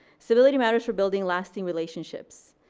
stability matters for building lasting relationships.